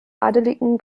adligen